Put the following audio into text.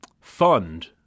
fund